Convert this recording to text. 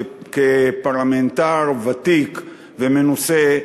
כפרלמנטר ותיק ומנוסה,